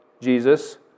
Jesus